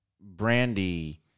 Brandy